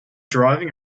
driving